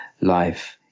life